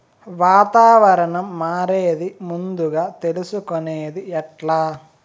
వాతావరణం మారేది ముందుగా తెలుసుకొనేది ఎట్లా?